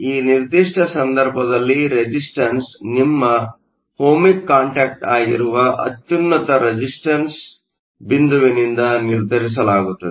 ಈ ನಿರ್ದಿಷ್ಟ ಸಂದರ್ಭದಲ್ಲಿ ರೆಸಿಸ್ಟನ್ಸ್Resistance ನಿಮ್ಮ ಓಹ್ಮಿಕ್ ಕಾಂಟ್ಯಾಕ್ಟ್ ಆಗಿರುವ ಅತ್ಯುನ್ನತ ರೆಸಿಸ್ಟನ್ಸ್Resistance ಬಿಂದುವಿನಿಂದ ನಿರ್ಧರಿಸಲಾಗುತ್ತದೆ